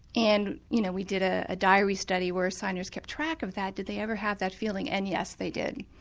and you know we did ah a diary study where signers kept track of that, did they ever have that feeling. and yes, they did.